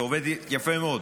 היא עובדת יפה מאוד,